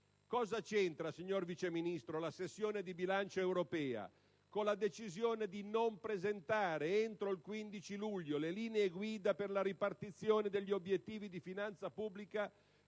Cosa c'entra la sessione di bilancio europea con la decisione di non presentare, entro il 15 luglio, le linee guida per la ripartizione degli obiettivi di finanza pubblica